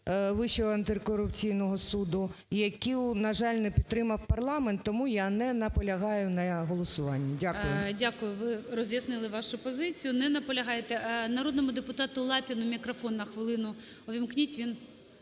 Вищого антикорупційного суду, яку, на жаль, не підтримав парламент. Тому я не наполягаю на голосуванні. Дякую. ГОЛОВУЮЧИЙ. Дякую. Ви роз'яснили вашу позицію, не наполягаєте. Народному депутату Лапіну мікрофон на хвилину